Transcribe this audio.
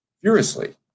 furiously